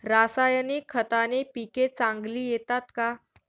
रासायनिक खताने पिके चांगली येतात का?